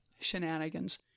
shenanigans